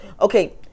Okay